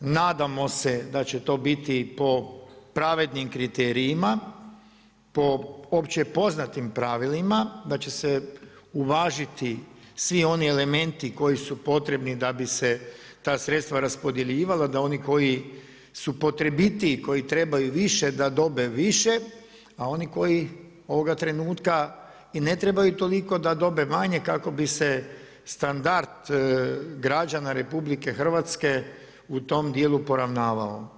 Nadamo se da će to biti po pravednim kriterijima, po opće poznatim pravilima, da će se uvažiti svi oni elementi koji su potrebni da bi se ta sredstva raspodjeljivala, da oni koji su potrebitiji, koji trebaju više da dobe više, a oni koji ovoga trenutka i ne trebaju toliko da dobe manje kako bi se standard građana Republike Hrvatske u tom dijelu poravnavao.